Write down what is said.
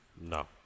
No